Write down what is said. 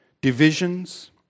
divisions